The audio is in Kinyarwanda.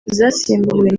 zasimbuwe